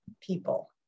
people